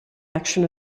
action